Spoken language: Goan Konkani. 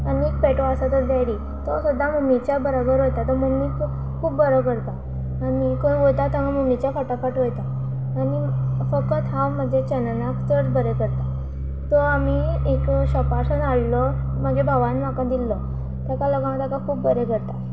आनी एक पेटो आसा तो डेडी तो सुद्दां मम्मीच्या बराबर वयता तो मम्मीक खूब बरो करता आनी खंय वयता तांगा मम्मीच्या फाटाफाट वयता आनी फकत हांव म्हज्या चननाक चड बरें करता तो आमी एक शॉपार हाडलो म्हागे भावान म्हाका दिल्लो ताका लागून ताका खूब बरें करता